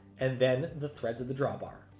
and then the threads of the drawbar.